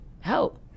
help